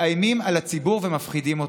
מאיימים על הציבור ומפחידים אותו.